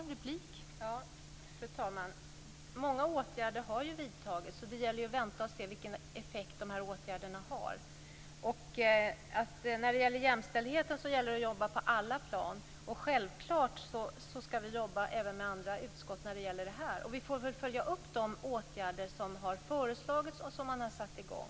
Fru talman! Många åtgärder har vidtagits. Det gäller att vänta och se vilken effekt de åtgärderna har. När det gäller jämställdheten måste man arbeta på alla plan. Självklart skall vi arbeta även med andra utskott när det gäller det här. Vi får följa upp de åtgärder som har föreslagits och som man har satt i gång.